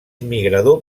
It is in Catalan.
migrador